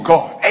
God